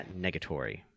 Negatory